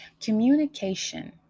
Communication